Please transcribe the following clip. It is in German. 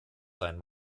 sein